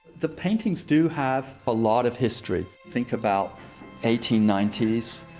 the paintings do have a lot of history. think about eighteen ninety s,